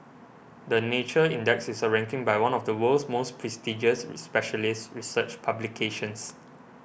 the Nature Index is a ranking by one of the world's most prestigious specialist research publications